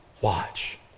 watch